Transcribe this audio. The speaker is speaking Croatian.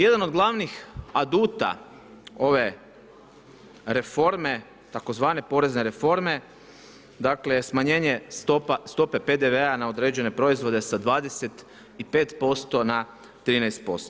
Jedan od glavnih aduta ove reforme tzv. porezne reforme, dakle smanjenje stope PDV-a na određene proizvode sa 25 na 13%